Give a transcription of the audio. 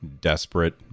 desperate